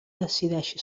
decideixi